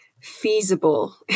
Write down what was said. feasible